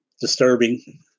Disturbing